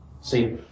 See